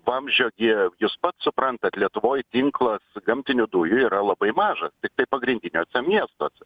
vamdžio gi jūs pats suprantat lietuvoj tinklas gamtinių dujų yra labai mažas tiktai pagrindiniuose miestuose